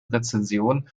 rezession